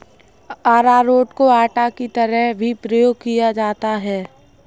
अरारोट को आटा की तरह भी प्रयोग किया जाता है